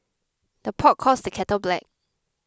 the pot calls the kettle black